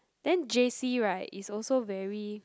then J_C right is also very